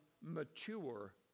mature